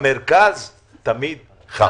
המרכז תמיד חם.